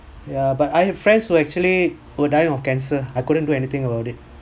ya but I have friends who actually who die of cancer I couldn't do anything about it